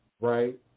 right